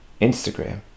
instagram